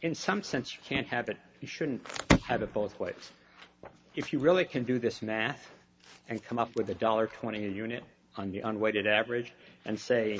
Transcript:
in some sense you can't have it you shouldn't have it both ways if you really can do this math and come up with a dollar twenty unit on the un weighted average and say